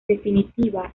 definitiva